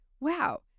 wow